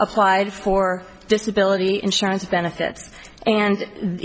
applied for disability insurance benefits and the